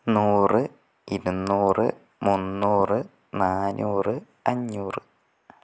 നൂറ് ഇരുന്നൂറ് മുന്നൂറ് നാനൂറ് അഞ്ഞൂറ്